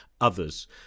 Others